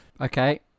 Okay